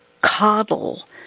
coddle